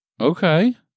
Okay